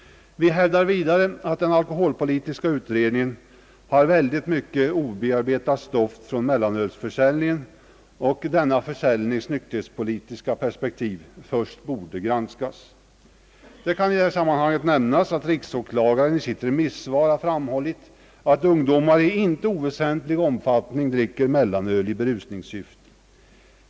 Vi hävdar vidare att den alkoholpolitiska utredningen har ett mycket stort obearbetat stoff från mellanölförsäljningen och att denna försäljnings nykterhetspolitiska perspektiv först borde granskas. Det kan i detta sammanhang nämnas att riksåklagaren i sitt remisssvar har framhållit att ungdomar i icke oväsentlig omfattning dricker mellanöl i berusningssyfte.